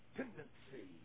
tendency